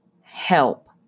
help